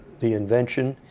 the invention.